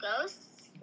ghosts